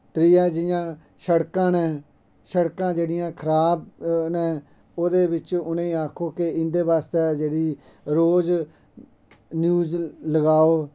ठीक ऐ जि'यां सड़कां न सड़कां जेह्ड़ियां खराब न ओह्दे बिच्च इ'नें आक्खो केह् इं'दे बास्तै रोज न्यूज़ लगाओ